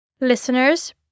Listeners